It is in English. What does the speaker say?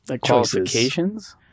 qualifications